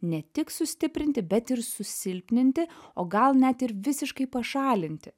ne tik sustiprinti bet ir susilpninti o gal net ir visiškai pašalinti